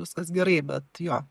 viskas gerai bet jo